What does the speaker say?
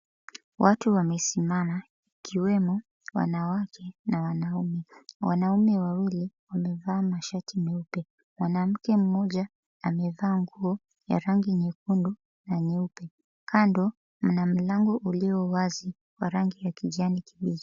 Watu wamesimama ikiwemo wanawake na wanaume, wanaume wawili wamevaa mashati nyeupe mwanamke mmoja amevaa nguo ya rangi nyekundu na nyeupe kando kuna mlango ulio wazi wa rangi ya kijani kibichi.